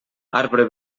arbre